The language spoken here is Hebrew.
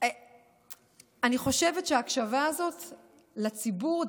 אני חושבת שההקשבה הזאת לציבור,